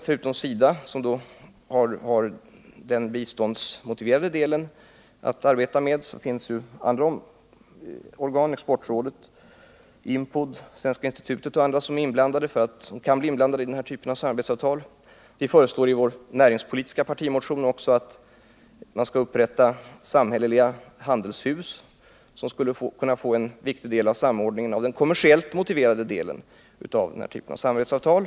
Förutom SIDA, som har den biståndsmotiverade delen att arbeta med, finns andra organ — exportrådet, IMPOD, Svenska institutet och andra —som kan bli inblandade i den här typen av samarbetsavtal. Vi föreslår i vår näringspolitiska partimotion också att man skall upprätta samhälleliga handelshus, som skall kunna sköta en viktig del av samordningen av den kommersiellt motiverade delen av den här typen av samarbetsavtal.